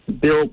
bill